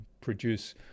produce